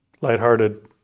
Lighthearted